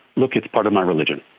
look, it's part of my religion.